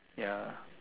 ya